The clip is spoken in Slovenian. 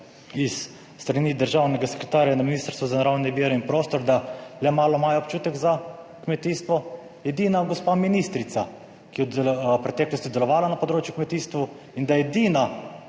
iz strani državnega sekretarja na Ministrstvu za naravne vire in prostor, da le malo imajo občutek za kmetijstvo. Edina gospa ministrica, ki je v preteklosti delovala na področju kmetijstva in da je edina,